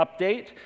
update